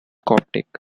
coptic